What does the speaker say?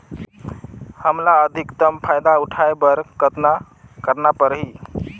हमला अधिकतम फायदा उठाय बर कतना करना परही?